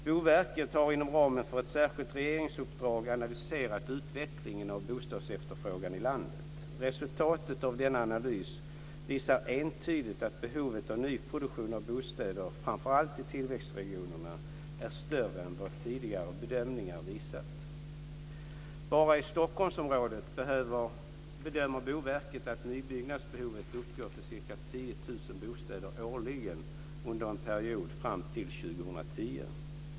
Boverket har inom ramen för ett särskilt regeringsuppdrag analyserat utvecklingen av bostadsefterfrågan i landet. Resultaten av denna analys visar entydigt att behovet av nyproduktion av bostäder framför allt i tillväxtregionerna är större än vad tidigare bedömningar visat. Bara i Stockholmsområdet bedömer Boverket att nybyggnadsbehovet uppgår till ca 10 000 bostäder årligen under perioden fram till år 2010.